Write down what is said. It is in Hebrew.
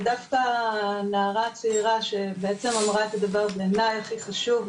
ודווקא הנערה הצעירה שבעצם אמרה את הדבר בעיני הכי חשוב,